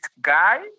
guy